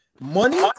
money